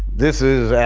this is and